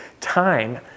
time